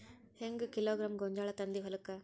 ಹೆಂಗ್ ಕಿಲೋಗ್ರಾಂ ಗೋಂಜಾಳ ತಂದಿ ಹೊಲಕ್ಕ?